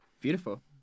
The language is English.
beautiful